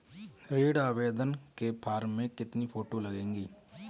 ऋण आवेदन के फॉर्म में कितनी फोटो लगेंगी?